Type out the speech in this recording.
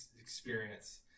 experience